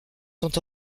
sont